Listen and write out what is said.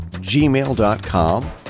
Gmail.com